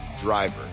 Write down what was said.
Driver